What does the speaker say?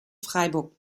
freiburg